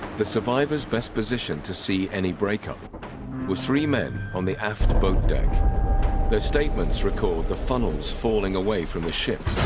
the survivors best position to see any breakup was three men on the aft boat deck their statements recall the funnels falling away from the ship